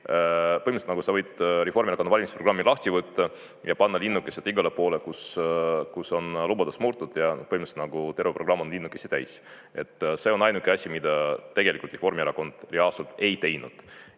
põhimõtteliselt sa võid Reformierakonna valimisprogrammi lahti võtta ja panna linnukesed igale poole, mille kohta on lubadust murtud, ja põhimõtteliselt terve programm on linnukesi täis. See on ainuke asi, mida tegelikult Reformierakond ja … ei teinud.